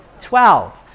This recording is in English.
Twelve